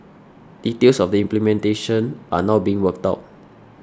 details of the implementation are now being worked out